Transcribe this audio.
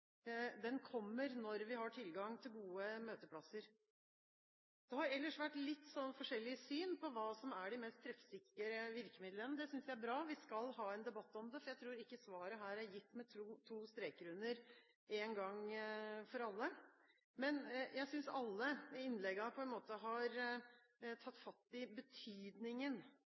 Den kommer når vi har tilgang til gode møteplasser. Det har ellers vært litt forskjellige syn på hva som er de mest treffsikre virkemidlene. Det synes jeg er bra. Vi skal ha en debatt om det, for jeg tror ikke svaret er gitt med to streker under én gang for alle. Jeg synes alle innleggene på en måte har tatt fatt i betydningen